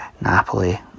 Napoli